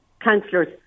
councillors